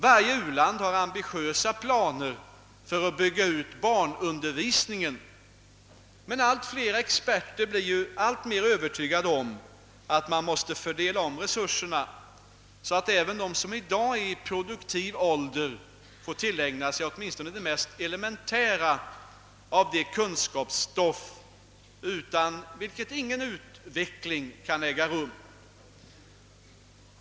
Varje u-land har ambitiösa planer på att bygga ut barnundervisningen, men allt fler experter blir mer och mer övertygade om att man måste omfördela resurserna, så att även de som i dag befinner sig i produktiv ålder får tillägna sig åtminstone det mest elementära av det kunskapsstoff, utan vilket ingen utveckling kan äga rum.